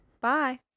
bye